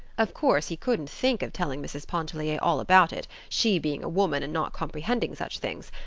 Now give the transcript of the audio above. of course, he couldn't think of telling mrs. pontellier all about it, she being a woman and not comprehending such things.